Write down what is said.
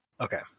Okay